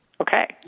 Okay